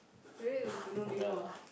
really want to know me more